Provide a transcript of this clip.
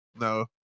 No